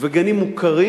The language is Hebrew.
וגנים מוכרים,